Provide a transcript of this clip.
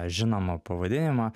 žinoma pavadinimą